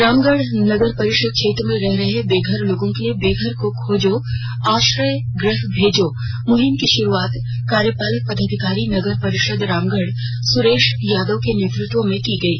रामगढ़ नगर परिषद क्षेत्र में रह रहे बेघर लोगों के लिये बेघर को खोजो आश्रय गृह भेजो मुहिम की शुरुआत कार्यपालक पदाधिकारी नगर परिषद रामगढ़ सुरेश यादव के नेतृत्व में की गई